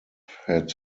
had